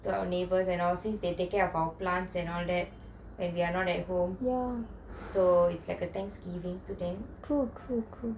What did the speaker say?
the our neighbours and our since they take care of our plants and all that and we are not at home so it's like a thanksgiving to them